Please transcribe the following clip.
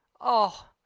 Oh